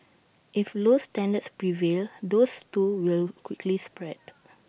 if low standards prevail those too will quickly spread